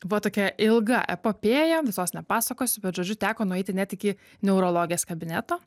va tokia ilga epopėja visos nepasakosiu bet žodžiu teko nueiti net iki neurologės kabineto